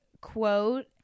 quote